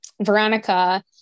Veronica